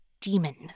demon